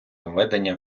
ведення